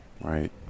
Right